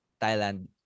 Thailand